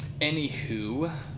Anywho